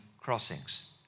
crossings